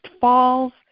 falls